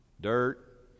Dirt